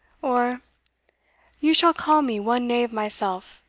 or you shall call me one knave myself,